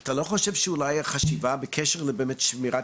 אתה לא חושב שאולי החשיבה בקשר באמת לשמירת